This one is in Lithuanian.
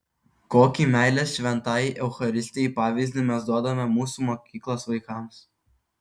kokį meilės šventajai eucharistijai pavyzdį mes duodame mūsų mokyklos vaikams